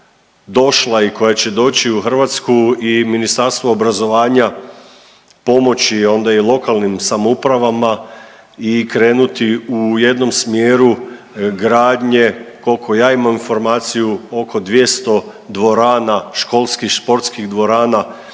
došla i koja će doći u Hrvatsku i Ministarstvo obrazovanja pomoći onda i lokalnim samoupravama i krenuti u jednom smjeru gradnje, koliko ja imam informaciju oko 200 dvorana školskih, športskih dvorana